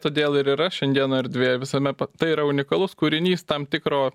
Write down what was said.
todėl ir yra šengeno erdvė visame tai yra unikalus kūrinys tam tikro